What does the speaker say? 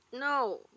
no